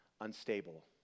unstable